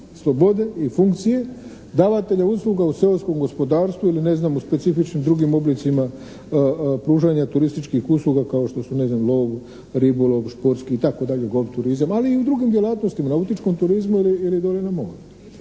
slobode i funkcije davatelja usluga u seoskom gospodarstvu ili ne znam u specifičnim drugim oblicima pružanja turističkih usluga kao što su ne znam lov, ribolov, športski itd. golf turizam, ali i u drugim djelatnostima nautičkom turizmu ili dolje na moru.